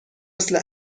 مثل